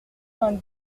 vingt